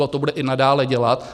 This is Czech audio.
A to bude i nadále dělat.